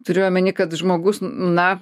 turiu omeny kad žmogus na